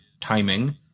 timing